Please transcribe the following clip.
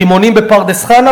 "רימונים" בפרדס-חנה,